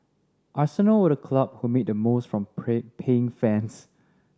Arsenal were the club who made the most from paying fans